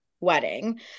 wedding